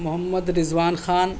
Muhammad Rizwan Khan